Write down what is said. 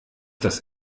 das